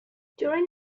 during